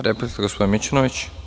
Replika, gospodin Mićunović.